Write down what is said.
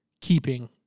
keeping